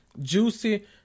juicy